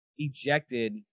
ejected